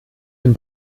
dem